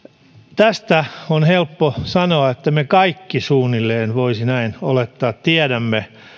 tästä on helppo sanoa että me kaikki suunnilleen voisi näin olettaa tiedämme